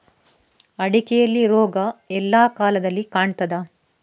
ಅಡಿಕೆಯಲ್ಲಿ ರೋಗ ಎಲ್ಲಾ ಕಾಲದಲ್ಲಿ ಕಾಣ್ತದ?